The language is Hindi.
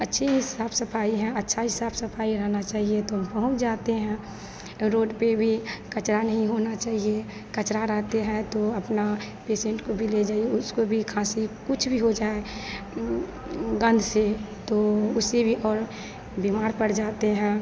अच्छी साफ सफाई हैं अच्छी ही साफ सफाई रहना चाहिए तो हम पहुँच जाते हैं रोड पर भी कचरा नहीं होना चाहिए कचरा रहता है तो अपने पेसेन्ट को भी ले जाइए उसको भी खासी कुछ भी हो जाए गंध से तो उससे भी और बीमार पड़ जाते हैं